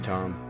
Tom